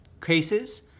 cases